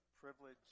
privilege